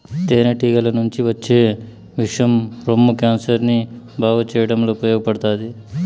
తేనె టీగల నుంచి వచ్చే విషం రొమ్ము క్యాన్సర్ ని బాగు చేయడంలో ఉపయోగపడతాది